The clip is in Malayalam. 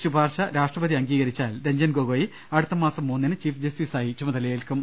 ശുപാർശ രാഷ്ട്രപതി അംഗീക രിച്ചാൽ രഞ്ജൻ ഗൊഗോയി അടുത്തമാസം മൂന്നിന് ചീഫ് ജസ്റ്റി സായി ചുമതലയേൽക്കും